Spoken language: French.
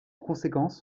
conséquence